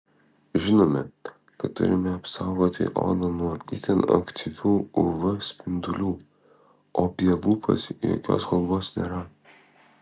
žinome kad turime apsaugoti odą nuo itin aktyvių uv spindulių o apie lūpas jokios kalbos nėra